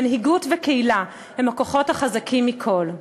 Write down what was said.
מנהיגות וקהילה הן הכוחות החזקים מכול,